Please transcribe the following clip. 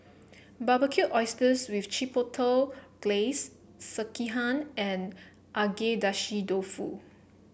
Barbecued Oysters with Chipotle Glaze Sekihan and Agedashi Dofu